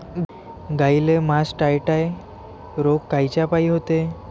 गाईले मासटायटय रोग कायच्यापाई होते?